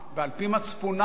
ועל-פי מצפונם,